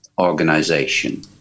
organization